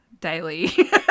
daily